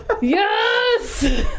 Yes